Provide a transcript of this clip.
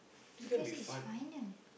because it's final